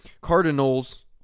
Cardinals